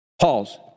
Pause